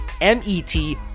M-E-T